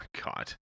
God